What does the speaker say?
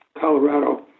Colorado